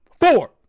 four